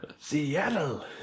Seattle